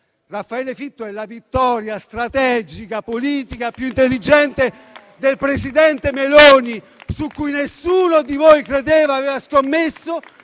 Raffaele Fitto è la vittoria strategica politica più intelligente del presidente Meloni, su cui nessuno di voi credeva o aveva scommesso.